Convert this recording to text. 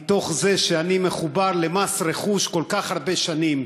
מתוך זה שאני מחובר למס רכוש כל כך הרבה שנים,